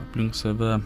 aplink save